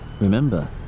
Remember